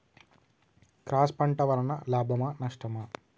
Cross పంట వలన లాభమా నష్టమా?